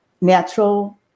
natural